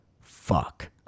fuck